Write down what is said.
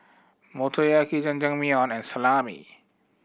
Motoyaki Jajangmyeon and Salami